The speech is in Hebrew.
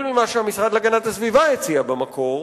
ממה שהמשרד להגנת הסביבה הציע במקור,